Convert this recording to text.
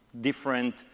different